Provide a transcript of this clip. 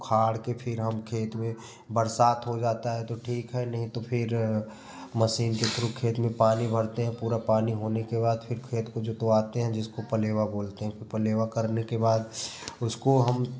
उखाड़ के फिर हम खेत में बरसात हो जाता है तो ठीक है नहीं तो फिर मशीन के थ्रु खेत में पानी भरते हैं पूरा पानी होने के बाद फिर खेत को जुतवाते हैं जिसको पलेवा बोलते हैं पलेवा करने के बाद उसको हम